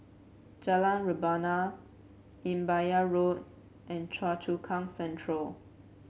Jalan Rebana Imbiah Road and Choa Chu Kang Central